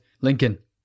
Lincoln